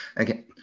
Okay